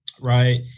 Right